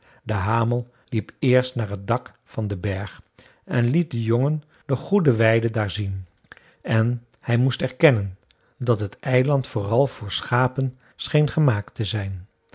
de hamel liep eerst naar het dak van den berg en liet den jongen de goede weiden daar zien en hij moest erkennen dat het eiland vooral voor schapen scheen gemaakt te zijn